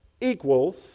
equals